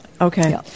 Okay